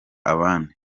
abandi